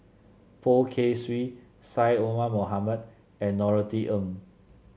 Poh Kay Swee Syed Omar Mohamed and Norothy Ng